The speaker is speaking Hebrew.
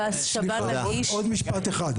סליחה, עוד משפט אחד.